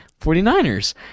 49ers